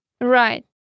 Right